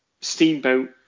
Steamboat